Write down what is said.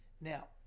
Now